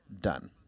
done